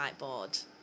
whiteboard